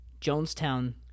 Jonestown